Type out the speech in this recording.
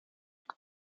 und